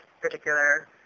particular